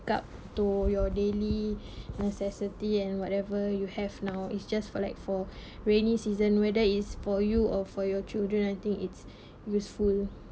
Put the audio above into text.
up to your daily necessity and whatever you have now is just for like for rainy season whether it's for you or for your children I think it's useful